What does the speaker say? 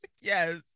yes